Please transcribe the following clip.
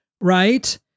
Right